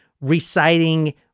reciting